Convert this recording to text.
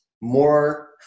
more